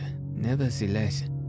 nevertheless